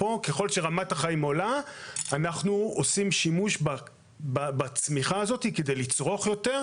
ככל שרמת החיים פה עולה אנחנו עושים שימוש בצמיחה הזאת כדי לצרוך יותר,